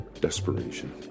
Desperation